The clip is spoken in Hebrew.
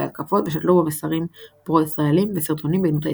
ההתקפות ושתלו בו מסרים פרו-ישראלים וסרטונים בגנות האסלאם.